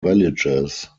villages